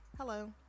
hello